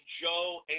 Joe